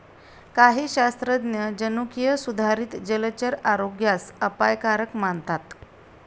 काही शास्त्रज्ञ जनुकीय सुधारित जलचर आरोग्यास अपायकारक मानतात